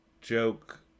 joke